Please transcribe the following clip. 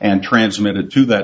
and transmitted to that